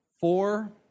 Four